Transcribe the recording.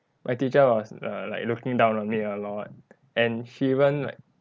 my teacher was err like looking down on me a lot and she even like